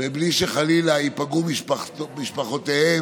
ומבלי שחלילה ייפגעו משפחותיהם